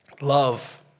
love